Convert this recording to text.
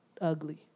ugly